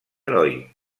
heroi